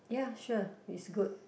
ya sure is good